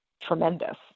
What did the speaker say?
tremendous